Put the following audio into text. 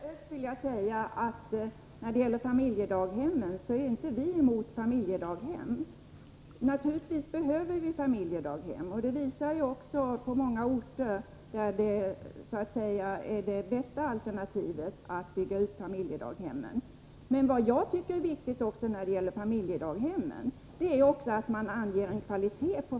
Herr talman! Jag vill till Rosa Östh säga att vi inte är emot familjedaghem. Naturligtvis behöver vi familjedaghem, och det visar sig också på många orter att det bästa alternativet är att bygga ut sådana. Men vad jag tycker är viktigt i det sammanhanget är att man också ställer krav på kvalitet.